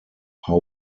how